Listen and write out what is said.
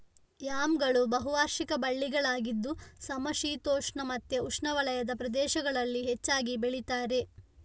ಯಾಮ್ಗಳು ಬಹು ವಾರ್ಷಿಕ ಬಳ್ಳಿಗಳಾಗಿದ್ದು ಸಮಶೀತೋಷ್ಣ ಮತ್ತೆ ಉಷ್ಣವಲಯದ ಪ್ರದೇಶಗಳಲ್ಲಿ ಹೆಚ್ಚಾಗಿ ಬೆಳೀತಾರೆ